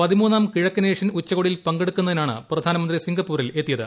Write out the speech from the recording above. പതിമൂന്നാം കിഴക്കനേഷ്യൻ ഉച്ചകോടിയിൽ പങ്കെടുക്കുന്നതിനാണ് പ്രധാനമന്ത്രി സിംഗപ്പൂരിലെത്തിയത്